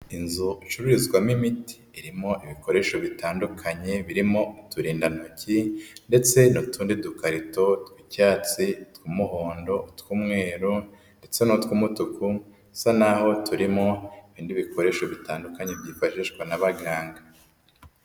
Inzu icurizwamo imiti, irimo ibikoresho bitandukanye birimo uturindantoki ndetse n'utundi dukarito tw'icyatsi, utw'umuhondo, utw'umweru, ndetse n'utwumutuku, dusa n'aho turimo ibindi bikoresho bitandukanye byifashishwa n'abaganga.